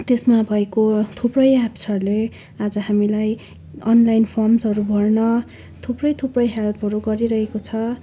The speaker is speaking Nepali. त्यसमा भएको थुप्रै एप्सहरूले आज हामीलाई अनलाइन फोर्म्सहरू भर्न थुप्रै थुप्रै हेल्पहरू गरिरहेको छ